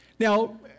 Now